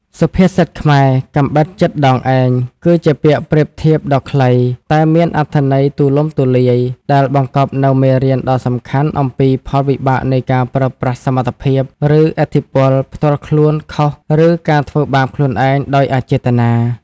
សុភាសិតខ្មែរ «កាំបិតចិតដងឯង» គឺជាពាក្យប្រៀបធៀបដ៏ខ្លី តែមានអត្ថន័យទូលំទូលាយ ដែលបង្កប់នូវមេរៀនដ៏សំខាន់អំពី ផលវិបាកនៃការប្រើប្រាស់សមត្ថភាព ឬឥទ្ធិពលផ្ទាល់ខ្លួនខុស ឬ ការធ្វើបាបខ្លួនឯងដោយអចេតនា។